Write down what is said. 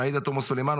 עאידה תומא סלימאן,